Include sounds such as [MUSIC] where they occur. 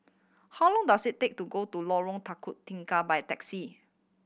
how long does it take to go to Lorong [UNINTELLIGIBLE] Tiga by taxi